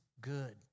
good